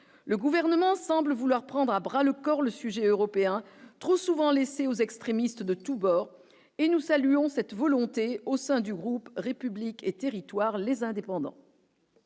le gouvernement semble vouloir prendre à bras-le-corps le sujet européen trop souvent laissé aux extrémistes de tous bords et nous saluons cette volonté au sein du groupe Républicains et Territoires les indépendants.